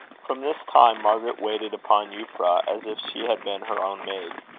from this time, margaret waited upon euphra, as if she had been her own maid.